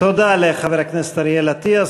תודה לחבר הכנסת אריאל אטיאס.